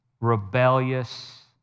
rebellious